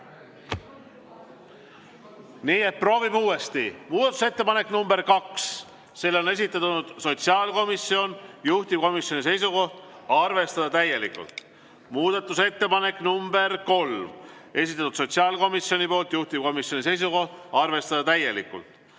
Nii et proovime uuesti. Muudatusettepanek nr 2, selle on esitanud sotsiaalkomisjon, juhtivkomisjoni seisukoht on arvestada täielikult. Muudatusettepanek nr 3, esitanud sotsiaalkomisjon, juhtivkomisjoni seisukoht on arvestada täielikult.